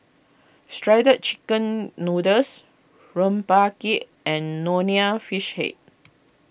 Shredded Chicken Noodles Rempeyek and Nonya Fish Head